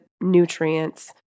nutrients